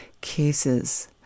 cases